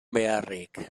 beharrik